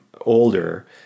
older